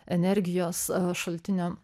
energijos šaltinių